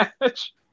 match